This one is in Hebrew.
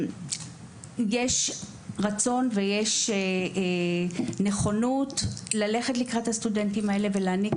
יש רצון ויש נכונות לבוא לקראת הסטודנטים העולים ולהעניק